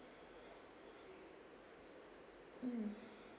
mm